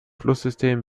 flusssystem